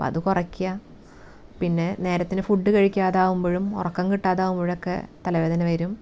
അപ്പം അത് കുറയ്ക്കുക പിന്നെ നേരത്തിന് ഫുഡ്ഡ് കഴിക്കാതാകുമ്പഴും ഉറക്കം കിട്ടാതാകുമ്പഴും ഒക്കെ തലവേദന വരും